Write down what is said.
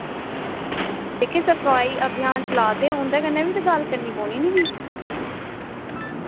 जेह्के सफाई अभियान चला दे ते उंदे कन्नै बी गल्ल करनी पौनी नी